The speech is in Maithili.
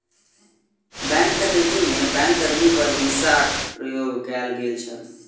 बैंक डकैती में बैंक कर्मी पर हिंसाक प्रयोग कयल गेल छल